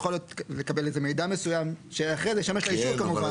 יכול להיות לקבל איזה מידע מסוים שאחרי זה ישמש לאישור כמובן.